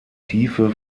tiefe